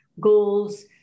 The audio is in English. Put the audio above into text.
goals